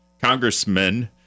Congressman